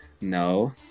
No